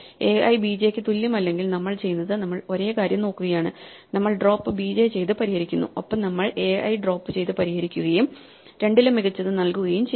ai bj ക്ക് തുല്യമല്ലെങ്കിൽ നമ്മൾ ചെയ്യുന്നത് നമ്മൾ ഒരേ കാര്യം നോക്കുകയാണ് നമ്മൾ ഡ്രോപ്പ് bj ചെയ്ത് പരിഹരിക്കുന്നു ഒപ്പം നമ്മൾ ai ഡ്രോപ്പ് ചെയ്ത് പരിഹരിക്കുകയും രണ്ടിലും മികച്ചത് നൽകുകയും ചെയ്യുന്നു